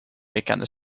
bekende